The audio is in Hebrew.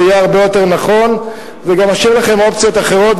זה יהיה הרבה יותר נכון וגם משאיר לכם אופציות אחרות,